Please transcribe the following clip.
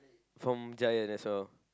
from Giant as well